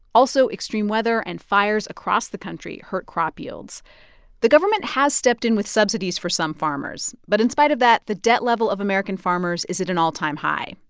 also, extreme weather and fires across the country hurt crop yields the government has stepped in with subsidies for some farmers. but in spite of that, the debt level of american farmers is at an all-time high,